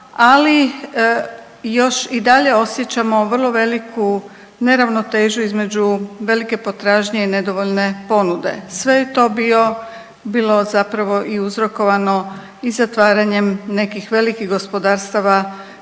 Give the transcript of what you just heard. ali još i dalje osjećamo vrlo veliku neravnotežu između velike potražnje i nedovoljne ponude. Sve je to bilo zapravo i uzrokovano i zatvaranjem nekih velikih gospodarstava